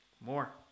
More